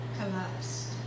collapsed